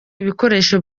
ibikoresho